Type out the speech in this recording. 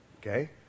Okay